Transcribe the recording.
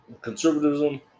conservatism